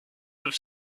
have